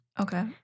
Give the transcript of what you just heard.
Okay